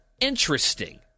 interesting